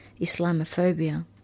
Islamophobia